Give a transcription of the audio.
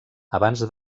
abans